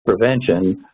prevention